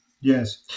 Yes